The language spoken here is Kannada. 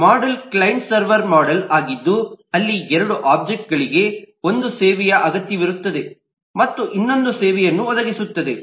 ಮೋಡೆಲ್ ಕ್ಲೈಂಟ್ ಸರ್ವರ್ ಮೋಡೆಲ್ ಆಗಿದ್ದು ಅಲ್ಲಿ ಎರಡು ಒಬ್ಜೆಕ್ಟ್ಗಳಿಗೆ ಒಂದು ಸೇವೆಯ ಅಗತ್ಯವಿರುತ್ತದೆ ಮತ್ತು ಇನ್ನೊಂದು ಸೇವೆಯನ್ನು ಒದಗಿಸುತ್ತದೆ